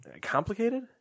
complicated